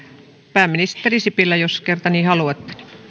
pääministeri sipilä jos kerta niin haluatte